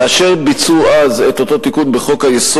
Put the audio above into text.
כאשר ביצעו אז את אותו תיקון בחוק-היסוד,